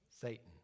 Satan